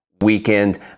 weekend